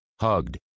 hugged